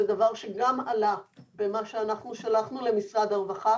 זה דבר שגם עלה במה שאנחנו שלחנו למשרד הרווחה